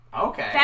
Okay